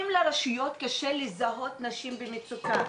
אם לרשויות קשה לזהות נשים במצוקה,